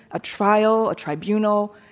a trial, a tribunal,